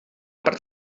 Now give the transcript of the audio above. part